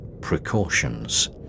precautions